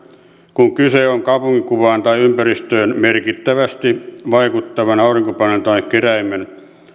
kun kyse on kaupunkikuvaan tai ympäristöön merkittävästi vaikuttavan aurinkopaneelin tai keräimen